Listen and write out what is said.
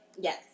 yes